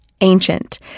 ancient